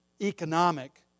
Economic